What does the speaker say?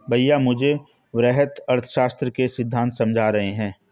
भैया मुझे वृहत अर्थशास्त्र के सिद्धांत समझा रहे हैं